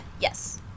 yes